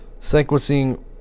sequencing